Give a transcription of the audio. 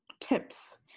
tips